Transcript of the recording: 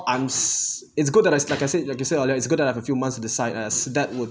I'm s~ it's good that I like I said like I said earlier it's good enough a few months to decide as that would